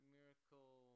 Miracle